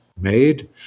made